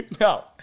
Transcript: No